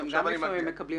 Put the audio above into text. עכשיו אני מגיע לזה.